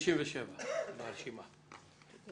מספר 67. תודה,